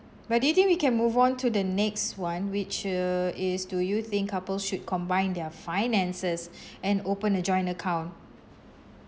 but do you think we can move on to the next [one] which uh is do you think couples should combine their finances and open a joint account